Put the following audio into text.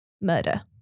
murder